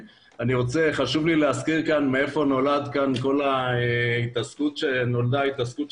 חשוב לי להזכיר כאן מהיכן נולדה כל ההתעסקות שלנו,